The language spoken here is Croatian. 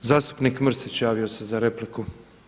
Zastupnik Mrsić javio se za repliku.